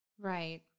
Right